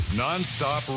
non-stop